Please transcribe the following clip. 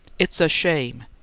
it's a shame!